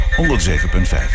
107.5